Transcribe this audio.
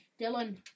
Dylan